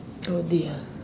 oh dear